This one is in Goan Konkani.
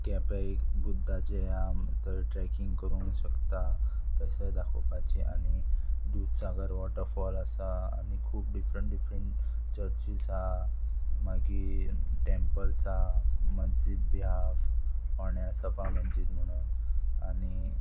केंपे एक बुद्दाचें या थंय ट्रेकींग करूंक शकता थंयसर दाखोवपाची आनी दुदसागर वॉटरफॉल आसा आनी खूब डिफरंट डिफरंट चर्चीस आहा मागीर टेंपल्स आहा मज्जिद बी आहा फोण्या सफा मजिद म्हणून आनी